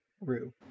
rue